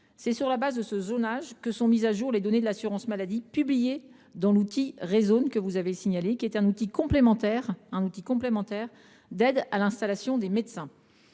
C’est sur la base de ce zonage que sont mises à jour les données de l’assurance maladie publiées dans Rézone. Celui ci est un outil complémentaire d’aide à l’installation des médecins.